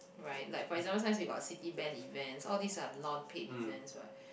right like for example sometimes you have Citibank events all these are non paid events what